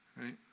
Right